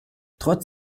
trotz